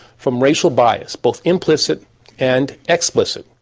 from racial bias, both implicit and explicit.